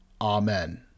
Amen